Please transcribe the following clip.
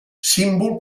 símbol